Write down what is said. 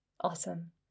Awesome